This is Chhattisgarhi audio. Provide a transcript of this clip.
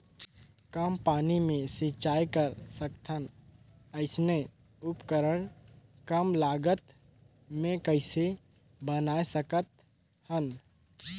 कम पानी ले सिंचाई कर सकथन अइसने उपकरण कम लागत मे कइसे बनाय सकत हन?